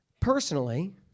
Personally